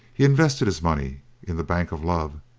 he invested his money in the bank of love,